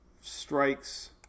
strikes